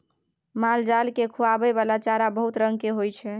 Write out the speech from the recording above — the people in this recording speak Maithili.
मालजाल केँ खुआबइ बला चारा बहुत रंग केर होइ छै